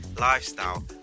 lifestyle